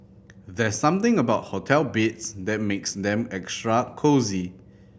there's something about hotel beds that makes them extra cosy